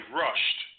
rushed